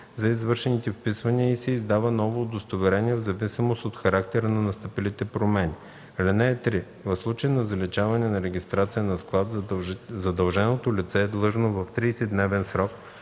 за извършените вписвания и се издава ново удостоверение в зависимост от характера на настъпилите промени. (3) В случай на заличаване на регистрация на склад задълженото лице е длъжно в 30-дневен срок